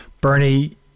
Bernie